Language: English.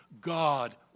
God